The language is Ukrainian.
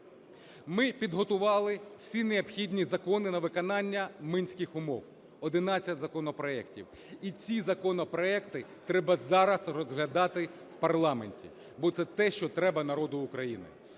Ми підготували всі необхідні закони на виконання мінських умов, 11 законопроектів, і ці законопроекти треба зараз розглядати в парламенті, бо це те, що треба народу України.